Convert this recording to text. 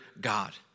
God